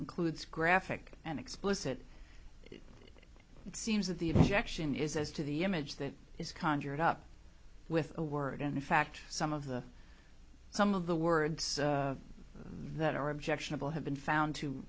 includes graphic and explicit it seems that the objection is as to the image that is conjured up with a word and in fact some of the some of the words that are objectionable have been found to